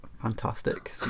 Fantastic